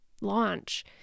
launch